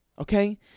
okay